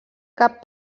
cap